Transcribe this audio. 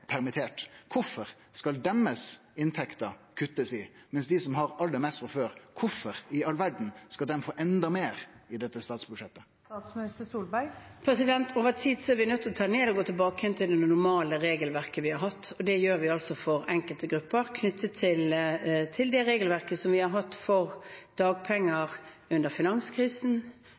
permittert: Kvifor skal det kuttast i deira inntekt, mens dei som har aller mest frå før, skal få enda meir i dette statsbudsjettet? Over tid er vi nødt til å ta ned og gå tilbake til det normale regelverket vi har hatt. Det gjør vi for enkelte grupper knyttet til det regelverket vi har hatt for dagpenger under finanskrisen,